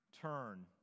turn